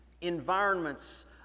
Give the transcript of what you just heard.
environments